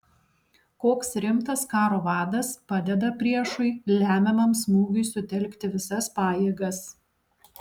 koks rimtas karo vadas padeda priešui lemiamam smūgiui sutelkti visas pajėgas